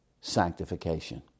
Sanctification